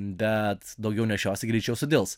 bet daugiau nešiosi greičiau sudils